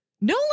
no